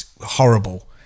horrible